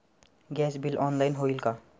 Gas bill online होईल का?